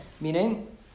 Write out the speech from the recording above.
meaning